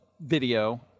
video